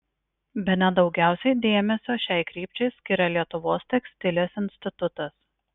bene daugiausiai dėmesio šiai krypčiai skiria lietuvos tekstilės institutas